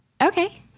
Okay